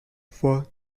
for